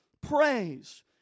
praise